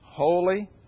Holy